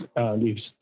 leaves